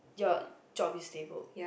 your job is stabled